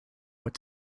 what